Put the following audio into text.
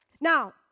Now